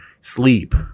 sleep